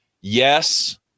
yes